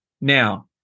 Now